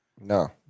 No